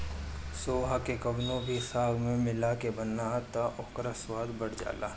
सोआ के कवनो भी साग में मिला के बनाव तअ ओकर स्वाद बढ़ जाला